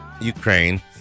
Ukraine